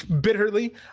bitterly